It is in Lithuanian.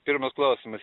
pirmas klausimas